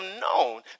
known